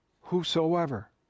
whosoever